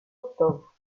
octobre